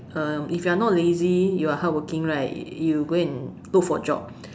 uh if you are not lazy you are hardworking right you go and look for job